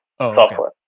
software